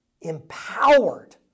empowered